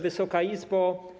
Wysoka Izbo!